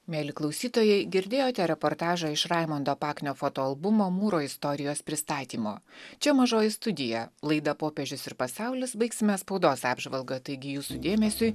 mieli klausytojai girdėjote reportažą iš raimundo paknio fotoalbumo mūro istorijos pristatymo čia mažoji studija laida popiežius ir pasaulis baigsime spaudos apžvalgą taigi jūsų dėmesiui